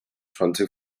twenty